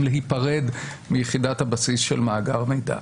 להיפרד מיחידת הבסיס של מאגר מידע.